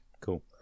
cool